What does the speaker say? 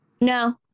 no